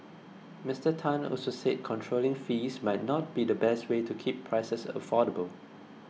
Mister Tan also said controlling fees might not be the best way to keep prices affordable